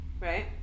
right